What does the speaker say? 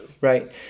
Right